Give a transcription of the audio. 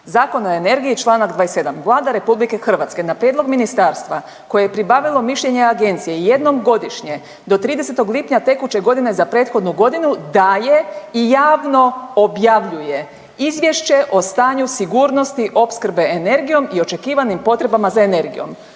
Zakon o energiji Članak 27. Vlada RH na prijedlog ministarstva koje je pribavilo mišljenje agencije jednom godišnje do 30. lipnja tekuće godine za prethodnu godinu daje i javno objavljujem Izvješće o stanju sigurnosti opskrbe energijom i očekivanim potrebama za energijom.